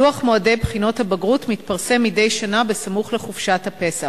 לוח מועדי בחינות הבגרות מתפרסם מדי שנה סמוך לחופשת הפסח.